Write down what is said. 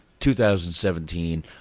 2017